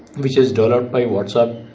which is developed by whatsapp,